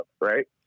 right